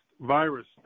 virus